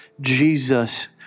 Jesus